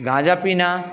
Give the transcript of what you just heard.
गांजा पीना